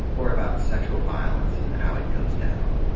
or about sexual violence and how it goes down.